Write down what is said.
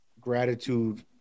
gratitude